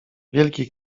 wielki